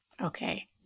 Okay